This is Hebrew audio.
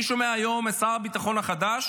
אני שומע היום את שר הביטחון החדש